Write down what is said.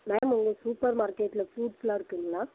ma'am உங்கள் super மார்க்கெட்டில் ஃப்ரூட்ஸெலாம் இருக்குதுங்களா